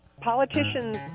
politicians